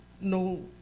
no